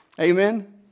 Amen